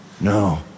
no